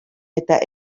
eta